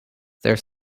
their